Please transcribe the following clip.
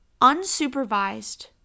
unsupervised